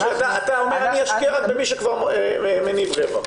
אתה אומר שאתה משקיע רק במי שמניב רווח.